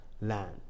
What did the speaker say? land